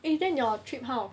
eh then your trip how